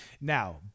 Now